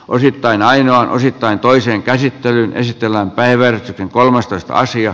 osittain aina osittain toiseen käsittelyyn esitellä päivänä kolmastoista sija